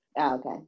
Okay